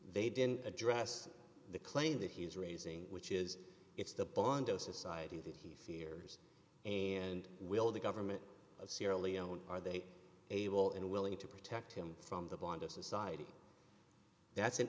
they didn't address the claim that he's raising which is it's the bondo society that he fears and will the government of sierra leone are they able and willing to protect him from the bondo society that's an